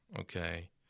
okay